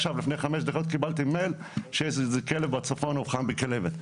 עכשיו לפני חמש דקות קיבלתי מייל שיש איזה כלב בצפון שאובחן בכלבת.